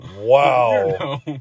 Wow